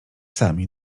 sami